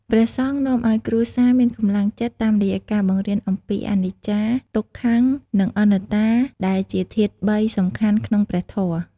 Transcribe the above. ព្រះសង្ឃនាំឲ្យគ្រួសារមានកម្លាំងចិត្ត តាមរយៈការបង្រៀនអំពីអនិច្ចា ទុក្ខំ និងអនត្តាដែលជាធាតុបីសំខាន់ក្នុងព្រះធម៌។